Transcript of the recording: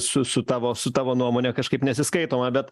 su su tavo su tavo nuomone kažkaip nesiskaitoma bet